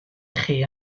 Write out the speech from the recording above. chi